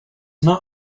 not